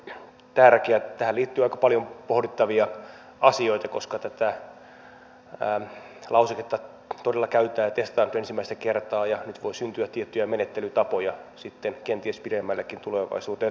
tähän liittyy aika paljon pohdittavia asioita koska tätä lauseketta todella käytetään ja testataan nyt ensimmäistä kertaa ja nyt voi syntyä tiettyjä menettelytapoja sitten kenties pidemmällekin tulevaisuuteen